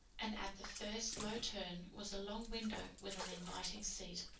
and at the first low turn was a long window with an inviting seat.